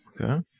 Okay